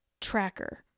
tracker